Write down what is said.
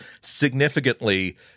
significantly